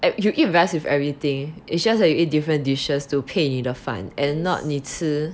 you eat rice with everything it's just that you eat different dishes to 配你的饭 and not 你吃